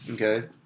Okay